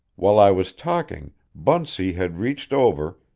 while i was talking bunsey had reached over,